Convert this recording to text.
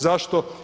Zašto?